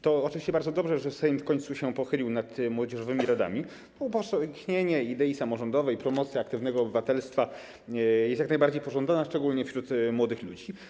To oczywiście bardzo dobrze, że Sejm w końcu pochylił się nad młodzieżowymi radami, bo tchnienie idei samorządowej, promocja aktywnego obywatelstwa jest jak najbardziej pożądana, szczególnie wśród młodych ludzi.